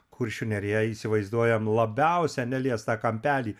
kuršių neriją įsivaizduojam labiausiai neliestą kampelį